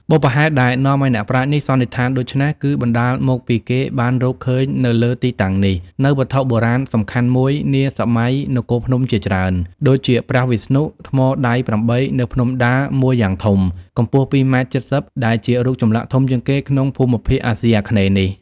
បុព្វហេតុដែលនាំឱ្យអ្នកប្រាជ្ញនេះ សន្និដ្ឋានដូច្នោះ គឺបណ្តាលមកពីគេបានរក ឃើញនៅលើទីតាំងនេះ នូវវត្ថុបុរាណសំខាន់១ នាសម័យនគរភ្នំជាច្រើន ដូចជាព្រះវិស្ណុ ថ្មដៃ៨ នៅភ្នំដាមួយយ៉ាងធំ កំពស់ ២ម៉ែត្រ៧០ ដែលជារូបចម្លាក់ធំជាងគេក្នុងភូមិភាគ អាស៊ីអាគ្នេយ៍នេះ។